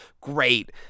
great